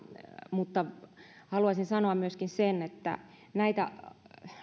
mutta haluaisin sanoa myöskin sen että näitä